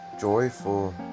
joyful